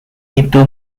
itu